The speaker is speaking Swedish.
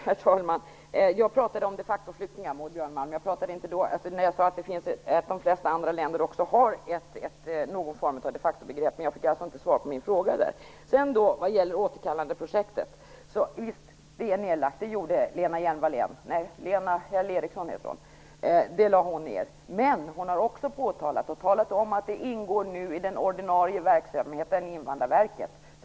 Herr talman! Jag talade om de facto-flyktingar. Jag sade att de allra flesta länder har någon form av de facto-begrepp. Jag fick inget svar på min fråga där. Återkallandeprojektet är visst nedlagt. Det lades ned av Lena Häll Eriksson, som också talat om att det nu ingår i den ordinarie verksamheten i Invandrarverket.